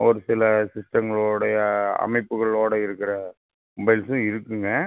ஒரு சில சிஸ்டங்களோட அமைப்புகளோடு இருக்கிற மொபைல்ஸும் இருக்குங்க